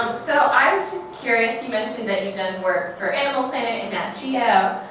so i was just curious, you mentioned that you'd done work for animal planet and nat geo.